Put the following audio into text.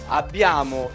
abbiamo